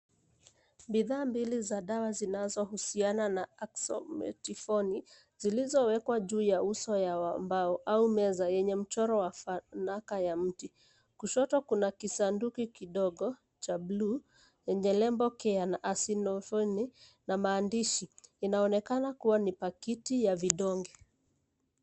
Bidhaa mbili za dawa zinazohusiana na acetaminophen zilizowekwa juu ya uso ya mbao au meza yenye mchoro wa fanaka ya mti. Kushoto kuna kisanduku kidogo cha bluu yenye lebo care na acetaminophen na maandishi. Inaonekana kuwa ni pakiti ya vidonge.